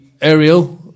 Ariel